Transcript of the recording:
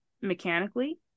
mechanically